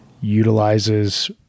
utilizes